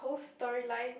whole story line